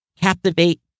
captivate